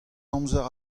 amzer